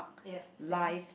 yes same